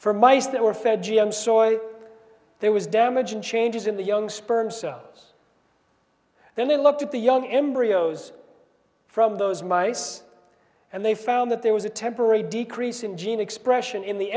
for mice that were fed g m soy there was damage and changes in the young sperm cells then they looked at the young embryos from those mice and they found that there was a temporary decrease in gene expression in the